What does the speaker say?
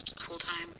full-time